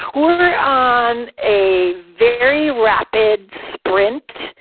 hoover on a very rapid sprint,